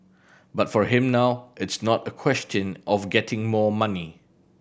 but for him now it's not a question of getting more money